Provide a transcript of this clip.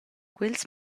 quels